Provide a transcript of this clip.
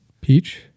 Peach